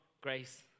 grace